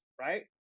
right